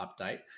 update